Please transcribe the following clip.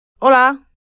Hola